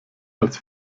als